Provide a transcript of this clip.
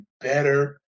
better